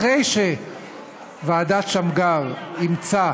אחרי שוועדת שמגר אימצה